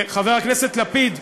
חבר הכנסת לפיד,